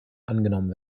angenommen